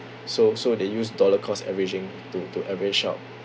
so so they use dollar cost averaging to to average out